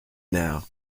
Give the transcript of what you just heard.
now